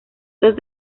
dos